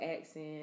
accent